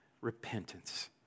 repentance